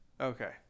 Okay